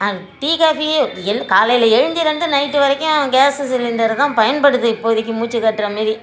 tea காபியே எழ் காலையில் எழுந்ததுலருந்து நைட் வரைக்கும் கேஸ் சிலிண்டர் தான் பயன்படுது இப்போதைக்கு மூச்சு காற்றை மாதிரி